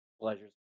pleasures